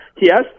Yes